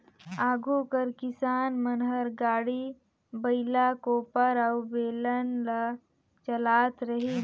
आघु कर किसान मन हर गाड़ी, बइला, कोपर अउ बेलन ल चलात रहिन